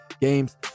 games